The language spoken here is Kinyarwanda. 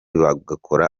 bagakora